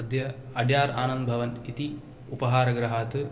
अद्य अड्यार् आनन्दभवन इति उपहारगृहात्